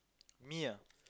me ah